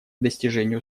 достижению